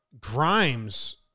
Grimes